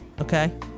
Okay